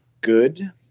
good